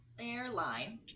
airline